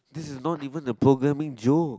this is not even the programming joke